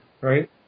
right